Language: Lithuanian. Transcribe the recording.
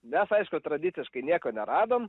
nes aišku tradiciškai nieko neradom